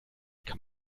kann